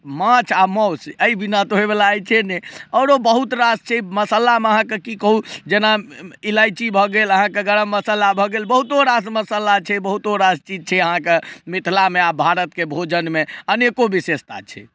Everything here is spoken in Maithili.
माछ आ मासु एहि बिना तऽ होय वला अछि नहि आओरो बहुत रास छै मसालामे अहाँके की कहू जेना इलायची भऽ गेल अहाँके गर्म मसाला भऽ गेल बहुतो रास मसाला छै बहुतो रास चीज छै अहाँके मिथिलामे आ भारतके भोजनमे अनेको विशेषता छै